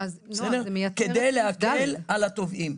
כדי להקל על התובעים.